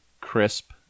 crisp